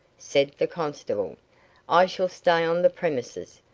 said the constable i shall stay on the premises,